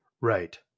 Right